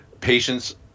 patients